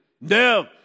No